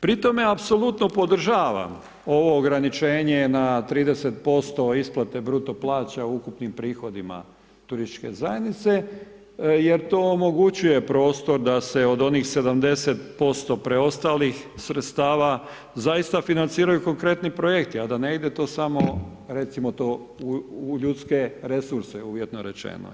Pri tome apsolutno podržavam ovo ograničenje na 30% isplate bruto plaća u ukupnim prihodima turističke zajednice jer to omogućuje prostora da se od onih 70% preostalih sredstava zaista financiraju konkretni projekti a da ne ide to samo, recimo to u ljudske resurse, uvjetno rečeno.